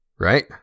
Right